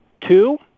two